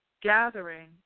gathering